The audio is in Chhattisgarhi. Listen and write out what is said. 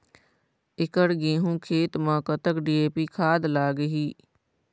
एकड़ गेहूं खेत म कतक डी.ए.पी खाद लाग ही?